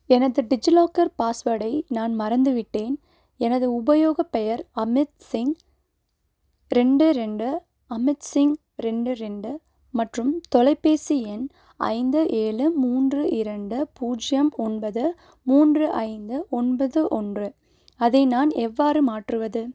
எனது டிஜிலாக்கர் பாஸ்வேர்டை நான் மறந்துவிட்டேன் எனது உபயோகப் பெயர் அமித்சிங் ரெண்டு ரெண்டு அமித்சிங் ரெண்டு ரெண்டு மற்றும் தொலைபேசி எண் ஐந்து ஏழு மூன்று இரண்டு பூஜ்ஜியம் ஒன்பது மூன்று ஐந்து ஒன்பது ஒன்று அதை நான் எவ்வாறு மாற்றுவது